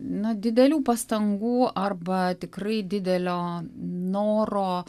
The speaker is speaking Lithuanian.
na didelių pastangų arba tikrai didelio noro